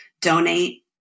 donate